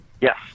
yes